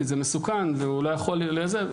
כי זה מסוכן והוא לא יכול וכו'.